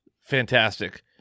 fantastic